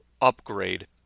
upgrade